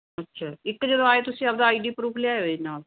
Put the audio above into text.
ਅੱਛਾ ਇੱਕ ਜਦੋਂ ਆਏ ਤੁਸੀਂ ਆਪਣਾ ਆਈ ਡੀ ਪਰੂਫ ਲਿਆਇਓ ਜੀ ਨਾਲ